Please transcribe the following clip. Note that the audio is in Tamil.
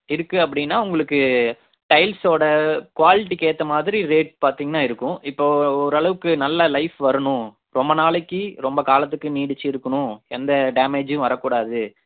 இருக்கு அப்படின்னா உங்களுக்கு டைல்ஸ்சோட குவாலிட்டிக்கு ஏற்ற மாதிரி ரேட் பார்த்தீங்கன்னா இருக்கும் இப்போ ஓரளவுக்கு நல்ல லைஃப் வரணும் ரொம்ப நாளைக்கி ரொம்ப காலத்துக்கு நீடிச்சு இருக்கணும் எந்த டேமேஜ்ஜூம் வரக்கூடாது